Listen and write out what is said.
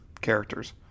characters